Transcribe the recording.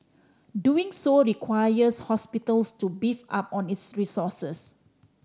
doing so requires hospitals to beef up on its resources